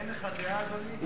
אין לך דעה, אדוני?